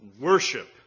worship